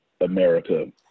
America